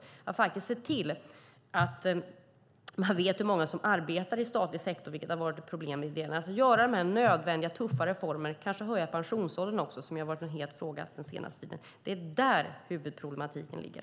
Man måste se till att man vet hur många som arbetar i statlig sektor, vilket har varit ett problem i en del länder, och genomföra nödvändiga och tuffa reformer, kanske också höja pensionsåldern, som ju har varit en het fråga den senaste tiden. Det är där huvudproblematiken ligger.